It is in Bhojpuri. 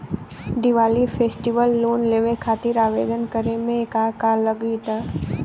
दिवाली फेस्टिवल लोन लेवे खातिर आवेदन करे म का का लगा तऽ?